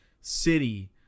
city